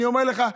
אני אומר לך,